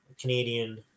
canadian